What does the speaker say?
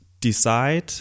decide